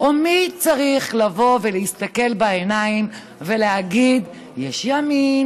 ומי צריך לבוא ולהסתכל בעיניים ולהגיד: יש ימין,